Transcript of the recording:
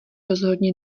rozhodně